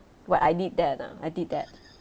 what I did that ah I did that